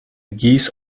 geese